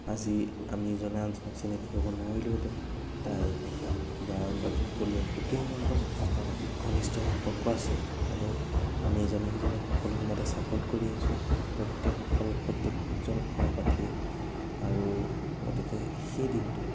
আজি আমি ইজনে আনজনক চিনাকি হ'ব নোৱাৰিলোহেঁতেন তাই বা বাকী সকলোৰে এতিয়াও মোৰ লগত যথেষ্ট ঘনিষ্ঠ সম্পৰ্ক আছে আৰু আমি ইজনে সিজনক সকলো সময়তে চাপ'ৰ্ট কৰি আহিছোঁ প্ৰত্যেকসকল প্ৰত্যেকজন সহপাঠীয়ে আৰু গতিকে সেই দিনটো